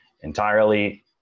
entirely